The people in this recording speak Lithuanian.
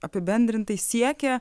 apibendrintai siekia